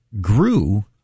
grew